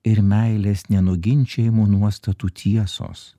ir meilės nenuginčijamų nuostatų tiesos